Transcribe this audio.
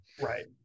Right